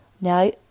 Now